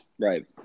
Right